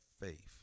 faith